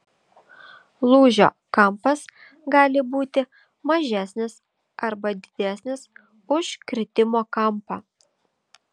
lūžio kampas gali būti mažesnis arba didesnis už kritimo kampą